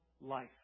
life